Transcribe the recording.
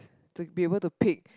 to be able to pick